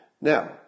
Now